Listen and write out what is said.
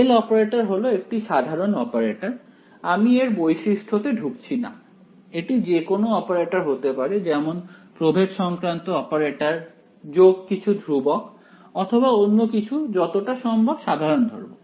L operator হলো একটি সাধারণ অপারেটর আমি এর বৈশিষ্ট্যতে ঢুকছি না এটি যে কোনো অপারেটর হতে পারে যেমন প্রভেদসংক্রান্ত অপারেটর যোগ কিছু ধ্রুবক অথবা অন্য কিছু যতটা সম্ভব সাধারণ ধরবো